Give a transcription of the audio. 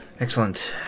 Excellent